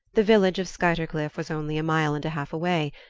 the village of skuytercliff was only a mile and a half away,